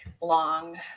long